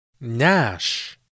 Nash